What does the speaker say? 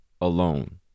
alone